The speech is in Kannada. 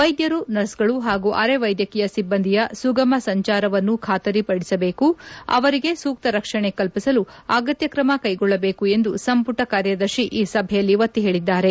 ವೈದ್ಯರು ನರ್ಸ್ಗಳು ಹಾಗೂ ಅರೆ ವೈದ್ಯಕೀಯ ಸಿಬ್ಲಂದಿಯ ಸುಗುಮ ಸಂಚಾರವನ್ನು ಖಾತರಿಪಡಿಸಬೇಕು ಅವರಿಗೆ ಸೂಕ್ತ ರಕ್ಷಣೆ ಕಲ್ಪಿಸಲು ಅಗತ್ಯ ಕ್ರಮ ಕೈಗೊಳ್ಳಬೇಕು ಎಂದು ಸಂಮಟ ಕಾರ್ಯದರ್ಶಿ ಈ ಸಭೆಯಲ್ಲಿ ಒತ್ತಿ ಹೇಳಿದರು